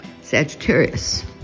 Sagittarius